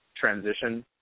transition